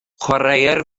chwaraea